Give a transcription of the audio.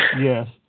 Yes